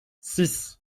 six